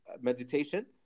meditation